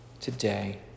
today